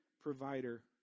provider